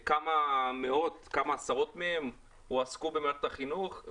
כמה עשרות מהם הועסקו במערכת החינוך?